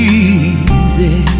easy